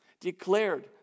declared